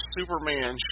Superman